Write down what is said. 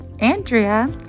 andrea